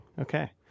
Okay